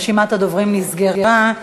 רשימת הדוברים נסגרה.